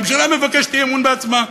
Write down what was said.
הממשלה מבקשת אי-אמון בעצמה.